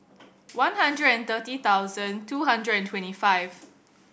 one hundred and thirty thousand two hundred and twenty five